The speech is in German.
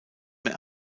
mehr